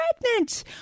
pregnant